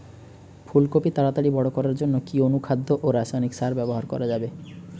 ফুল কপি তাড়াতাড়ি বড় করার জন্য কি অনুখাদ্য ও রাসায়নিক সার ব্যবহার করা যাবে?